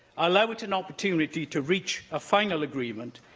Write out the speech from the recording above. allow it an opportunity to reach a final agreement,